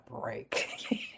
break